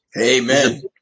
Amen